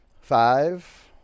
Five